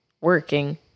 working